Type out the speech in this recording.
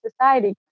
society